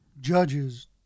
judges